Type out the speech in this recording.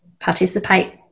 participate